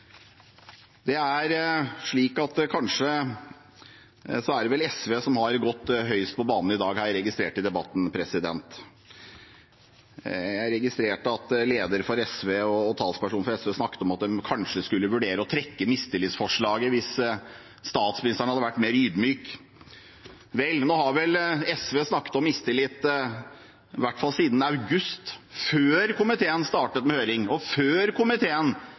det vel er SV som har gått høyest på banen i dag. Jeg registrerte at lederen for SV og talspersonen fra SV snakket om at de kanskje skulle vurdere å trekke mistillitsforslaget hvis statsministeren hadde vært mer ydmyk. Vel, nå har vel SV snakket om mistillit i hvert fall siden august, før komiteen startet med høring og før komiteen